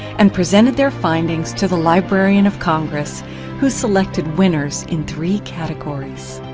and presented their findings to the librarian of congress who selected winners in three categories.